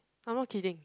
I'm not kidding